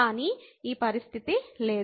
కానీ ఈ పరిస్థితి లేదు